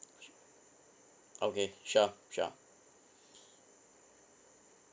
okay sure sure